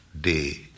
day